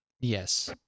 Yes